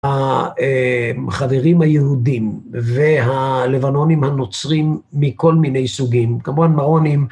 החברים היהודים והלבנונים הנוצרים מכל מיני סוגים, כמובן מרונים.